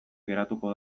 geratuko